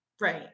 right